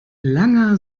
langer